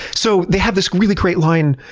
so, they have this really great line